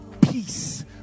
peace